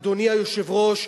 אדוני היושב-ראש,